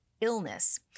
illness